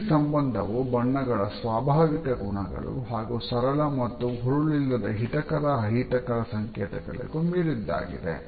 ಈ ಸಂಬಂಧವು ಬಣ್ಣಗಳ ಸ್ವಾಭಾವಿಕ ಗುಣಗಳು ಹಾಗೂ ಸರಳ ಮತ್ತು ಹುರುಳಿಲ್ಲದ ಹಿತಕರ ಅಹಿತಕರ ಸಂಕೇತಗಳಿಗೂ ಮೀರಿದ್ದಾಗಿದೆ